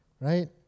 right